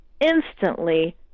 instantly